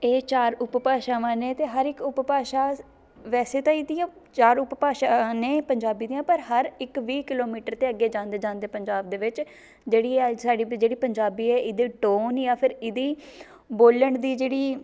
ਇਹ ਚਾਰ ਉਪ ਭਾਸ਼ਾਵਾਂ ਨੇ ਅਤੇ ਹਰ ਇੱਕ ਉਪ ਭਾਸ਼ਾ ਵੈਸੇ ਤਾਂ ਇਹਦੀਆਂ ਚਾਰ ਉਪ ਭਾਸ਼ਾ ਨੇ ਪੰਜਾਬੀ ਦੀਆਂ ਪਰ ਹਰ ਇੱਕ ਵੀਹ ਕਿੱਲੋਮੀਟਰ ਦੇ ਅੱਗੇ ਜਾਂਦੇ ਜਾਂਦੇ ਪੰਜਾਬ ਦੇ ਵਿੱਚ ਜਿਹੜੀ ਹੈ ਸਾਡੀ ਜਿਹੜੀ ਪੰਜਾਬੀ ਹੈ ਇਹਦੇ ਟੌਨ ਯਾ ਫਿਰ ਇਹਦੀ ਬੋਲਣ ਦੀ ਜਿਹੜੀ